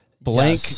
blank